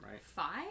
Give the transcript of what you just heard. Five